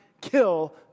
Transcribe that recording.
kill